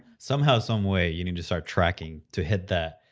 somehow, some way you need to start tracking to hit that.